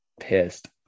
pissed